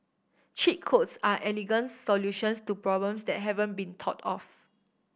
cheat codes are elegant solutions to problems that haven't been thought of